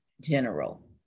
general